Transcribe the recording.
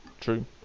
True